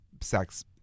sex